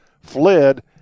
fled